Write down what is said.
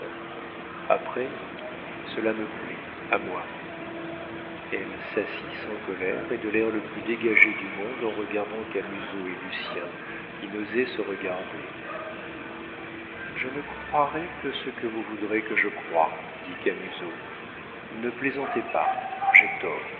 après cela me plaît à moi elle s'assit sans colère et de l'air le plus dégagé du monde en regardant camusot et lucien qui n'osaient se regarder je ne croirai que ce que vous voudrez que je croie dit camusot ne plaisantez pas j'ai tort